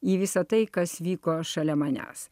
į visa tai kas vyko šalia manęs